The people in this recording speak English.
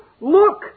look